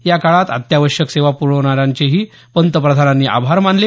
या काळात अत्यावश्यक सेवा प्रवणाऱ्यांचेही पंतप्रधानांनी आभार मानले